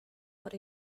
wurde